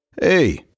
Hey